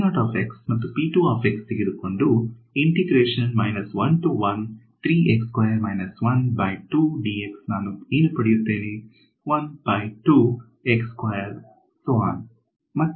ಮತ್ತು ತೆಗೆದುಕೊಂಡು ನಾನು ಏನು ಪಡೆಯಬಹುದು